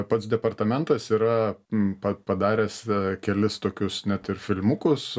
pats departamentas yra pa padaręs kelis tokius net ir filmukus